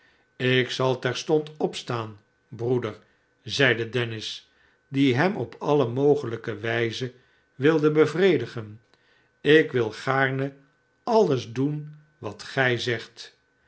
ik zal terstond opstaan broeder zeide dennis die hemopalle znogelijke wijzen wilde bevredigen ik wil gaarne alles doen wat gij zegt